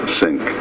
sink